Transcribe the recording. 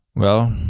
well,